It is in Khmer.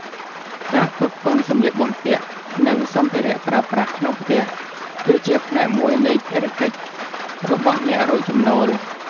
ការផ្គត់ផ្គង់សម្លៀកបំពាក់ និងសម្ភារៈប្រើប្រាស់ក្នុងផ្ទះ គឺជាផ្នែកមួយនៃភារកិច្ចរបស់អ្នករកចំណូល។